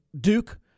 Duke